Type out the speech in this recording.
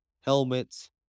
Helmets